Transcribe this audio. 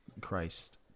Christ